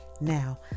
Now